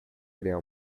criar